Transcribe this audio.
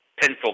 pencil